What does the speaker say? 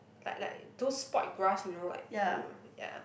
like like those spoilt grass you know like ya